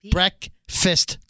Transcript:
Breakfast